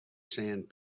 sand